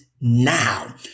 now